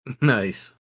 Nice